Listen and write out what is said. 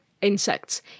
insects